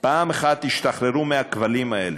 פעם אחת תשתחררו מהכבלים האלה,